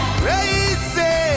crazy